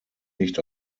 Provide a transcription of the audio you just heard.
nicht